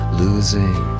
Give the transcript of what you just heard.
losing